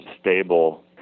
stable